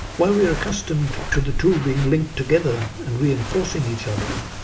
while we are accustomed to the two being linked together and reinforcing each other,